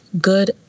good